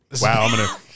Wow